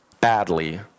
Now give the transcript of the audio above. badly